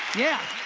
yeah.